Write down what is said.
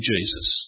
Jesus